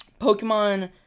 Pokemon